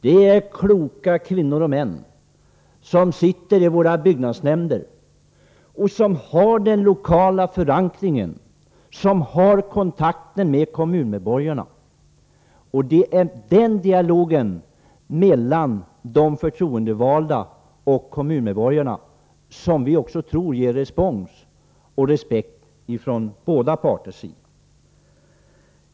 Det är kloka kvinnor och män som sitter i våra byggnadsnämnder och som har den lokala förankringen, som har kontakter med kommunmedborgarna. Det är dialogen mellan de förtroendevalda och kommunmedborgarna som vi tror ger respons och skapar respekt hos båda parter.